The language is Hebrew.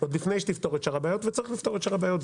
עוד לפני שתפתור את שאר הבעיות וצריך לפתור את שאר הבעיות,